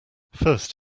first